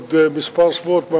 בעוד כמה שבועות,